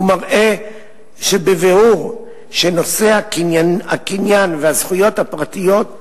הוא מראה בבירור שנושא הקניין והזכויות הפרטיות,